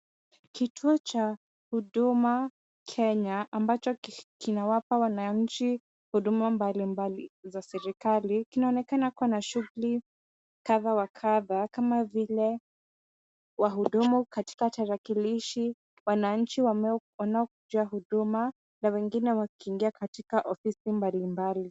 Kituo cha huduma Kenya ambacho kinawapa wananchi huduma mbali mbali za serikali. Kinaonekana kuna shughuli kadha wa kadha kama vile wahudumu katika tarakilishi, wananchi wanaokuja huduma na wengine wakiingia katika ofisi mbali mbali.